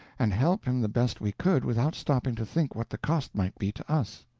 and help him the best we could without stopping to think what the cost might be to us.